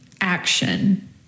action